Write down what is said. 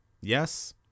yes